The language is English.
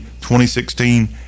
2016